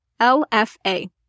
LFA